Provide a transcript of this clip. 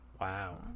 Wow